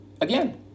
Again